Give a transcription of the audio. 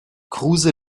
kruse